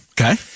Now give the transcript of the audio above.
Okay